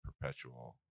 perpetual